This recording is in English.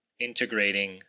integrating